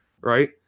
right